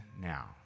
now